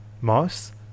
moss